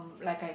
like I